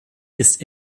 ist